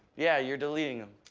yeah, you're deleting them.